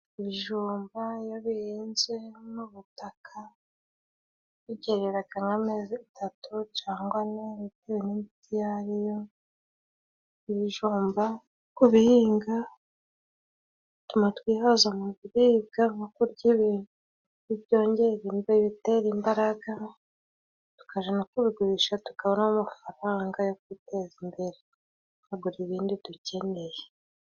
Ibijumba iyo bihinze mu butaka byereraga nk' amezi atatu cangwa ane, bitewe n'imbuto iyo ariyo ibijumba ku bihinga bituma twihaza mubiribwa no kurya ibyongera ibitera imbaraga tukaja no kubigurisha, tukabona amafaranga yo kwiteza imbere tukagura ibindi dukeneye.